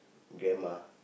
grandma